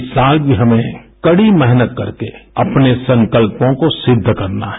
इस साल भी हमें कझी मेहनत करके अपने संकल्पों को सिद्ध करना है